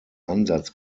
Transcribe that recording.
ansatz